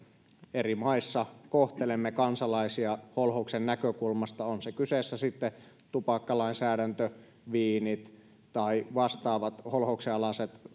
eri maissa kohtelemme kansalaisia holhouksen näkökulmasta on kyseessä sitten tupakkalainsäädäntö viinit tai vastaavat holhouksen alaiset